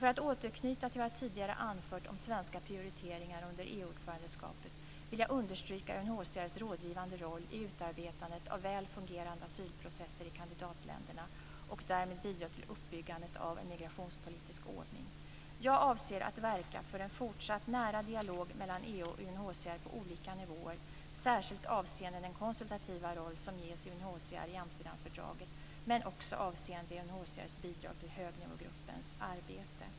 För att återknyta till vad jag tidigare anfört om svenska prioriteringar under EU ordförandeskapet vill jag understryka UNHCR:s rådgivande roll i utarbetandet av väl fungerande asylprocesser i kandidatländerna och därmed bidra till uppbyggandet av en migrationspolitisk ordning. Jag avser att verka för en fortsatt nära dialog mellan EU och UNHCR på olika nivåer, särskilt avseende den konsultativa roll som ges UNHCR i Amsterdamfördraget, men också avseende UNHCR:s bidrag till högnivågruppens arbete.